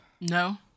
No